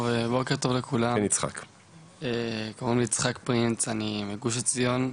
טוב לכולם, קוראים לי יצחק פרינץ, אני מגוש עציון.